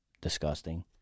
Disgusting